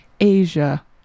Asia